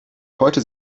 heute